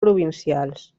provincials